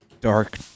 dark